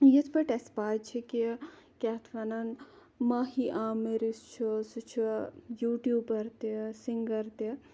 یِتھ پٲٹھۍ اَسہِ پاے چھِ کہِ کیاہ اَتھ وَنان ماہی عامِر یُس چھُ سُہ چھُ یوٹیوٗبَر تہِ سِنٛگَر تہِ